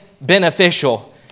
beneficial